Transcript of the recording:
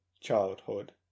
childhood